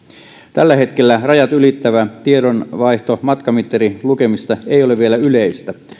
tällä hetkellä rajat ylittävä tiedonvaihto matkamittarilukemista ei ole vielä yleistä